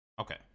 Okay